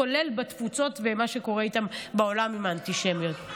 כולל התפוצות ומה שקורה איתן בעולם עם האנטישמיות.